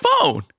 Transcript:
phone